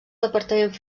departament